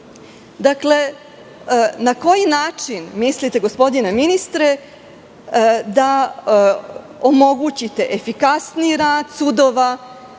sudija. Dakle, na koji način, mislite gospodine ministre da omogućite efikasniji rad sudova,